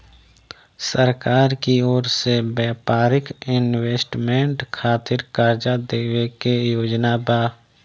सरकार की ओर से व्यापारिक इन्वेस्टमेंट खातिर कार्जा देवे के योजना बा